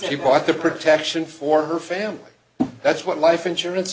she bought the protection for her family that's what life insurance